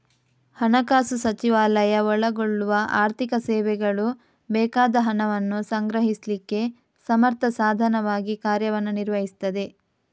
ಹಣಕಾಸು ಸಚಿವಾಲಯ ಒಳಗೊಳ್ಳುವ ಆರ್ಥಿಕ ಸೇವೆಗಳು ಬೇಕಾದ ಹಣವನ್ನ ಸಂಗ್ರಹಿಸ್ಲಿಕ್ಕೆ ಸಮರ್ಥ ಸಾಧನವಾಗಿ ಕಾರ್ಯವನ್ನ ನಿರ್ವಹಿಸ್ತದೆ